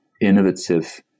innovative